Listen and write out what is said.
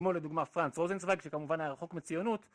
כמו לדוגמה פרנץ רוזנצוויג, שכמובן היה רחוק מציונות.